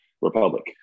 Republic